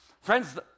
Friends